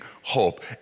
hope